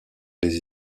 les